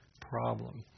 problem